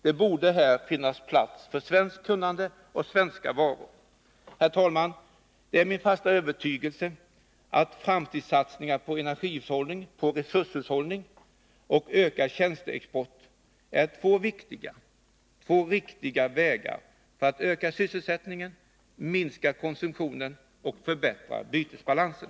Det borde här finnas plats för svenskt kunnande och svenska varor. Herr talman! Det är min fasta övertygelse att ”framtidssatsningar på resurshushållning och ökad tjänsteexport” är två riktiga och viktiga vägar för att öka sysselsättningen, minska konsumtionen och förbättra bytesbalansen.